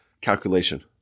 calculation